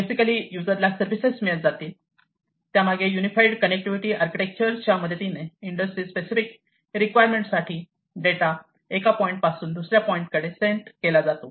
basically युजरला services मिळत जातील त्यामागे युनिफाईड कनेक्टिविटी आर्किटेक्चर च्या मदतीने इंडस्ट्री स्पेसिफिक रिक्वायरमेंट साठी डेटा एका पॉईंट पासून दुसऱ्या पॉईंट कडे सेंड केला जातो